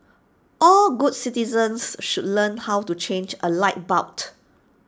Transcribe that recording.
all good citizens should learn how to change A light bulb